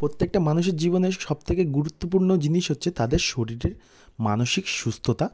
প্রত্যেকটা মানুষের জীবনের সব থেকে গুরুত্বপূর্ণ জিনিস হচ্ছে তাদের শরীরের মানসিক সুস্থতা